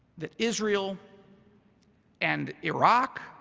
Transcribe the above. that israel and iraq.